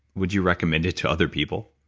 would you recommend it to other people?